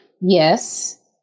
Yes